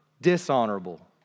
dishonorable